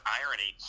irony